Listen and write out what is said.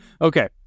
Okay